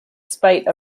spite